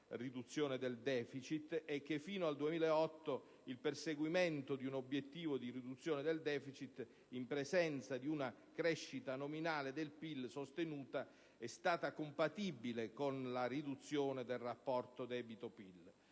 riduzione del deficit e che, fino al 2008, il perseguimento di un obiettivo di riduzione del deficit, in presenza di una crescita nominale del PIL sostenuta, è stata compatibile con la riduzione del rapporto tra debito e PIL.